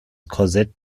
korsett